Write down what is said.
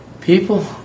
people